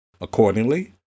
Accordingly